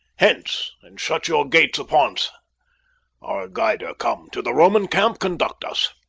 hence, and shut your gates upon's our guider, come to the roman camp conduct us.